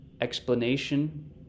explanation